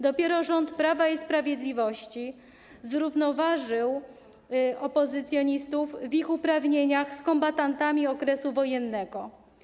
Dopiero rząd Prawa i Sprawiedliwości zrównoważył opozycjonistów w ich uprawnieniach z kombatantami okresu wojennego.